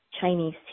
Chinese